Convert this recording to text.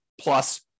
plus